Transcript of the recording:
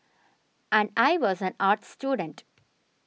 and I was an arts student